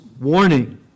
warning